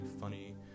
funny